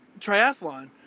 Triathlon